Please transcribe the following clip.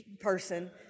person